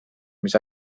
mis